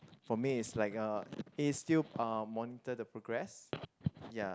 for me is like uh he is still uh monitor the progress ya